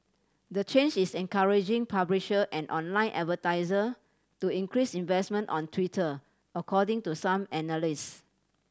the change is encouraging publisher and online advertiser to increase investment on Twitter according to some analyst